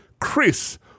Chris